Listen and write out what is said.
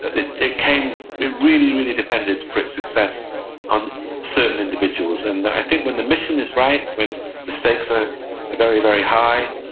it it really, really depended for its success on certain individuals. and i think when the mission is right, when the stakes are very, very high,